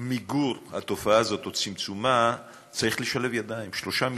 מיגור התופעה הזאת או צמצומה צריכים לשלב ידיים שלושה משרדים,